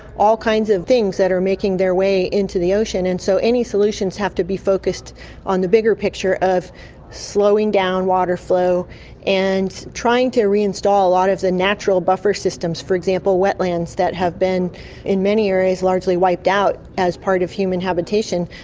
all kinds of things that are making their way into the ocean. and so any solutions have to be focused on the bigger picture of slowing down water flow and trying to reinstall a lot of the natural buffer systems, for example wetlands, that have been in many areas largely wiped out as part of human habitation,